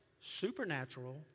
supernatural